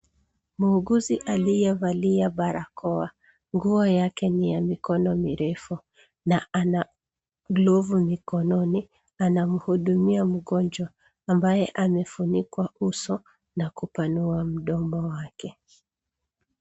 Muuguzi aliye valia barakoa, nguo yake ni ya mikono mirefu na ana glovu mikononi anamhudumia mgonjwa ambaye amefunikwa uso na kupanua mdomo wake.